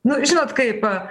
nu žinot kaip